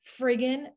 friggin